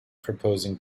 proposing